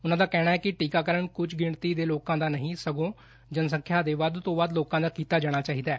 ਉਨਹਾਂ ਦਾ ਕਹਿਣੈ ਕਿ ਟੀਕਾਕਰਨ ਕੁਝ ਗਿਣਤੀ ਦੇ ਲੋਕਾਂ ਦਾ ਨਹੀਂ ਸਗੋਂ ਜਨਸੰਖਿਆ ਦੇ ਵੱਧ ਤੋਂ ਵੱਧ ਲੋਕਾਂ ਦਾ ਕੀਤਾ ਜਾਣਾ ਚਾਹੀਦੈ